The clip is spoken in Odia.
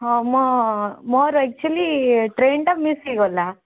ହଁ ମୋ ମୋର ଏକ୍ଚୌଲି ଟ୍ରେନ୍ଟା ମିସ୍ ହେଇଗଲା